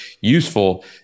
useful